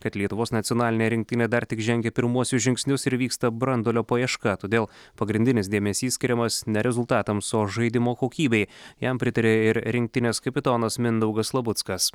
kad lietuvos nacionalinė rinktinė dar tik žengia pirmuosius žingsnius ir vyksta branduolio paieška todėl pagrindinis dėmesys skiriamas ne rezultatams o žaidimo kokybei jam pritaria ir rinktinės kapitonas mindaugas labuckas